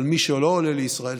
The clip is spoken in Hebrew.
אבל מי שלא עולה לישראל,